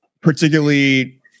particularly